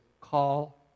call